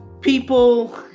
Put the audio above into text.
people